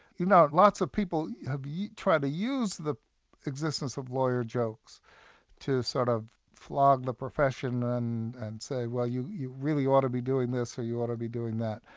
you know lots of people have tried to use the existence of lawyer jokes to sort of flog the profession, and and say, well you you really ought to be doing this, or you ought to be doing that.